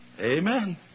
Amen